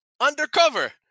Undercover